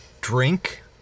drink